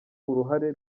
uruhare